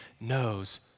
knows